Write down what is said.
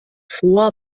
vor